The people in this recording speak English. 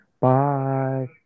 Bye